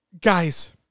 Guys